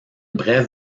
brève